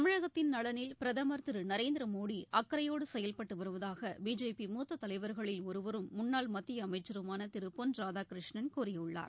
தமிழகத்தின் நலனில் பிரதமர் திரு நரேந்திர மோடி அக்கறையோடு செயல்பட்டு வருவதாக பிஜேபி மூத்த தலைவர்களில் ஒருவரும் முன்னாள் மத்திய அமைச்சருமான திரு பொன் ராதாகிருஷ்ணன் கூறியுள்ளார்